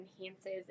enhances